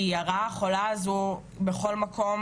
כי הרעה החולה הזו נמצאת בכל מקום,